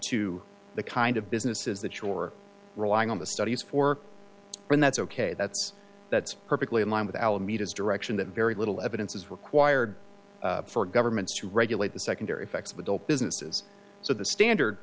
to the kind of businesses that you're relying on the studies for and that's ok that's that's perfectly in line with alameda's direction that very little evidence is required for governments to regulate the secondary effects of adult businesses so the standard